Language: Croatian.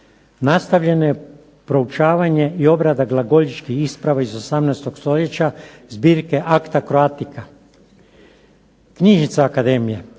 Nastavljeno je proučavanje i obrada glagoljičkih isprava iz 18 stoljeća, zbirke akta Croatika. Knjižnica akademije.